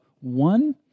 one